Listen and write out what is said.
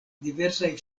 diversaj